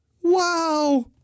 Wow